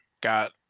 got